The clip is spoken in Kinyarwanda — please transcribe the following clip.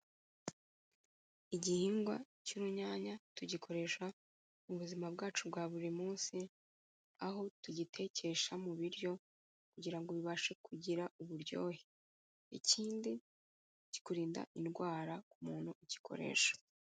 Igihingwa cy'urunyanya tugikoresha mu buzima bwacu bwa buri munsi, aho tugitekesha mu biryo kugira ngo bibashe kugira uburyohe ikindi kikurinda indwara ku muntu ugikoresha.